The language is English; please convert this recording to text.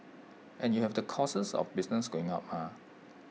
and you have the costs of business going up mah